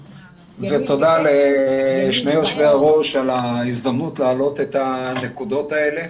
ותודה לשני יושבי הראש על ההזדמנות להעלות את הנקודות האלה.